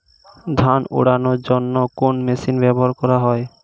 ধান উড়ানোর জন্য কোন মেশিন ব্যবহার করা হয়?